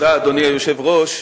אדוני היושב-ראש,